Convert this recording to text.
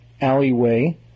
alleyway